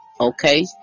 okay